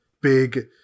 big